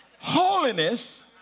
Holiness